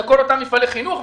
לכל אותם מפעלי חינוך,